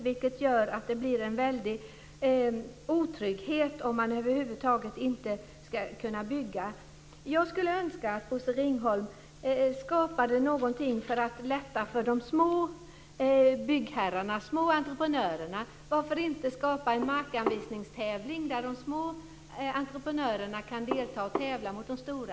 Det gör att det blir en stor otrygghet om man över huvud taget inte kan bygga. Jag skulle önska att Bosse Ringholm skapade någonting för att underlätta för de små byggherrarna, de små entreprenörerna. Varför inte skapa en markanvisningstävling där de små entreprenörerna kan delta och tävla mot de stora?